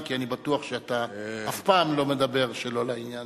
כי אני בטוח שאתה אף פעם לא מדבר שלא לעניין.